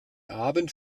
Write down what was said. abend